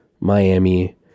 Miami